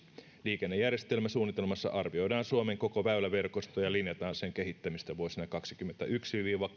liikennejärjestelmäsuunnitelmassa arvioidaan suomen koko väyläverkosto ja linjataan sen kehittämistä vuosina kaksituhattakaksikymmentäyksi viiva